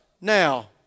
now